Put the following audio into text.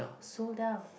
sold out